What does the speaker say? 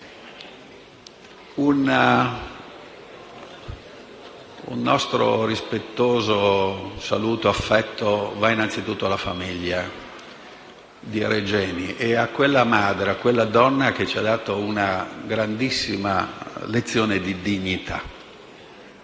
un nostro rispettoso e affettuoso saluto alla famiglia di Regeni e alla madre, a quella donna che ci ha dato una grandissima lezione di dignità.